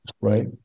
Right